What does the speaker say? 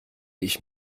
ich